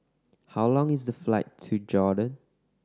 how long is the flight to Jordan